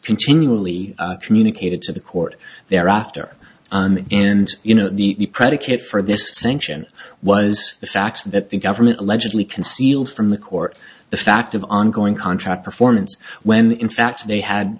continually communicated to the court thereafter and you know the predicate for this sanction was the fact that the government allegedly concealed from the court the fact of ongoing contract performance when in fact they had